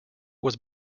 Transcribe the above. was